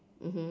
mmhmm